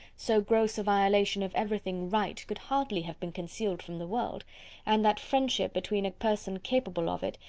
so gross a violation of everything right could hardly have been concealed from the world and that friendship between a person capable of it,